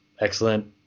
excellent